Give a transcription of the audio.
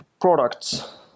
products